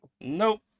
Nope